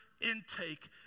intake